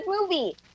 movie